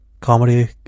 comedy